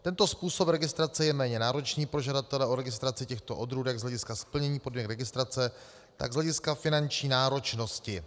Tento způsob registrace je méně náročný pro žadatele o registraci těchto odrůd jak z hlediska splnění podmínek registrace, tak z hlediska finanční náročnosti.